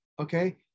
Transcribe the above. Okay